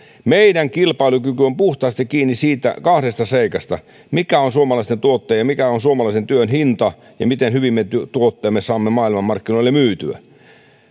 meidän kilpailukyky on puhtaasti kiinni kahdesta seikasta mikä on suomalaisten tuotteiden ja mikä on suomalaisen työn hinta ja miten hyvin me tuotteemme saamme maailmanmarkkinoille myytyä